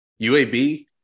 UAB